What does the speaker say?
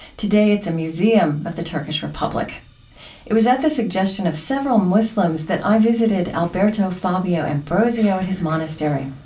today, it's a museum of the turkish republic it was at the suggestion of several muslims that i visited alberto fabio ambrosio at his monastery.